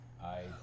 I-